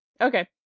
Okay